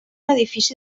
edifici